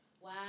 Wow